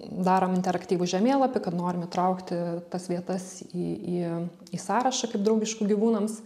darom interaktyvų žemėlapį kad norim įtraukti tas vietas į į į sąrašą kaip draugiškų gyvūnams